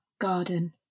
garden